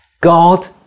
God